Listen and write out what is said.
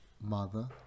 mother